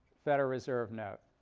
federal reserve note.